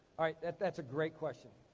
that's a great question.